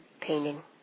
painting